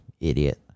Idiot